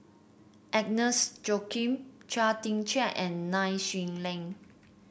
Agnes Joaquim Chia Tee Chiak and Nai Swee Leng